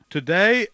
Today